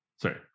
Sorry